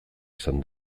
izan